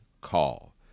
Call